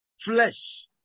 Flesh